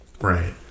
Right